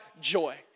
joy